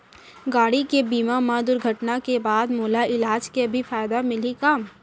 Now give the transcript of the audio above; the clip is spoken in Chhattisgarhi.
गाड़ी के बीमा मा दुर्घटना के बाद मोला इलाज के भी फायदा मिलही का?